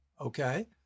Okay